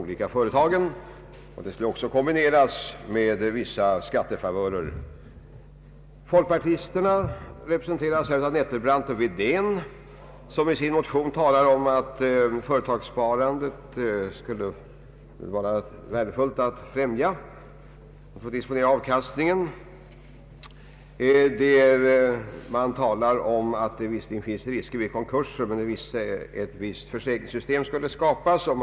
Systemet skulle enligt motionärerna också kombineras med vissa skattefavörer. Folkpartisterna, som representeras av fru Nettelbrandt och herr Wedén, framhåller i sin motion värdet av att främja företagssparandet och att ge de anställda möjlighet att disponera viss del av avkastningen av företagens vinstmedel. Motionärerna säger att det visserligen härvid föreligger vissa risker vid konkurser men att sådana risker bör täckas genom ett försäkringssystem.